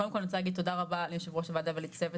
קודם כל אני רוצה להגיד תודה רבה ליושבת הראש של הוועדה ולצוות